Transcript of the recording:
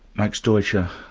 max deutscher,